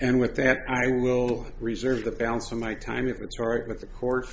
and with that i will reserve the balance of my time if it's all right with the court